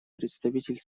представитель